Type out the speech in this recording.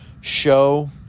show